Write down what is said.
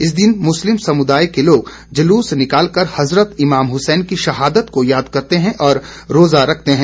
इस दिन मुस्लिम समुदाय के लोग जलूस निकाल कर हज़रत इमाम हुसैन की शहादत को याद करते है और रोजा रखते है